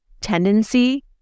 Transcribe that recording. tendency